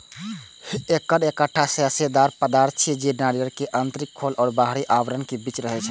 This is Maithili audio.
कॉयर एकटा रेशेदार पदार्थ छियै, जे नारियल के आंतरिक खोल आ बाहरी आवरणक बीच रहै छै